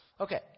Okay